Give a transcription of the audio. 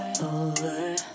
over